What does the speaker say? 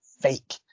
fake